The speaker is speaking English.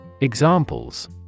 Examples